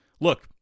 Look